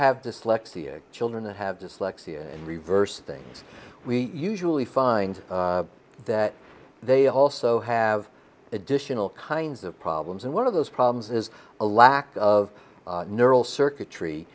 have dyslexia children that have dyslexia and reverse things we usually find that they also have additional kinds of problems and one of those problems is a lack of neural circuit